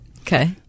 Okay